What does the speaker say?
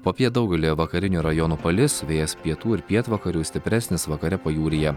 popiet daugelyje vakarinių rajonų palis vėjas pietų ir pietvakarių stipresnis vakare pajūryje